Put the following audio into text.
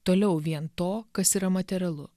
toliau vien to kas yra materialu